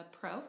pro